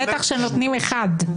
בטח כשנותנים אחד.